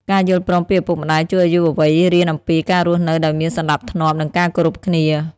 ការយល់ព្រមពីឪពុកម្ដាយជួយឱ្យយុវវ័យរៀនអំពីការរស់នៅដោយមានសណ្តាប់ធ្នាប់ និងការគោរពគ្នា។